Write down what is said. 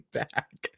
back